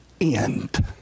end